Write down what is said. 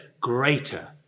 greater